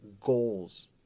goals